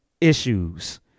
issues